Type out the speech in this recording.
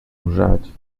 usats